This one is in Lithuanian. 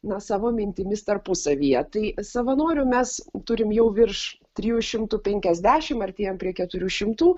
na savo mintimis tarpusavyje tai savanorių mes turim jau virš trijų šimtų penkiasdešim artėjam prie keturių šimtų